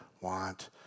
want